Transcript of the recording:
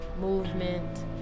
movement